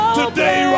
today